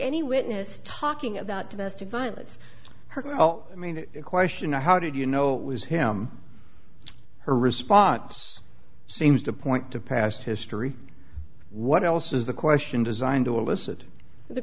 any witness talking about domestic violence her well i mean the question now how did you know it was him her response seems to point to past history what else is the question designed to elicit the